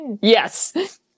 Yes